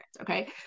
okay